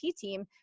team